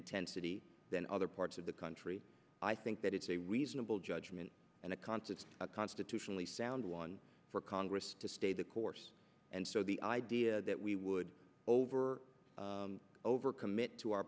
intensity than other parts of the country i think that it's a reasonable judgment and a concept a constitutionally sound one for congress to stay the course and so the idea that we would over over commit to our